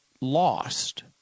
lost